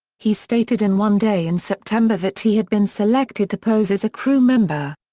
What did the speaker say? he stated in one day in september that he had been selected to pose as a crew member.